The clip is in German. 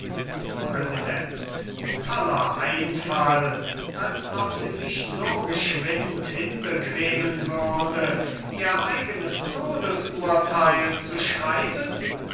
präsident toller einfall als ob sie sich so geschwind hin bequemen würde ihr eigenes todesurtheil zu schreiben